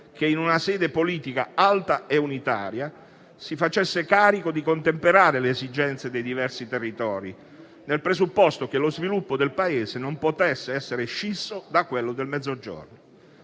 che, in una sede politica alta e unitaria, si facesse carico di contemperare le esigenze dei diversi territori, nel presupposto che lo sviluppo del Paese non potesse essere scisso da quello del Mezzogiorno.